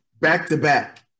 back-to-back